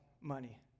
money